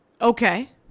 Okay